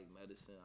medicine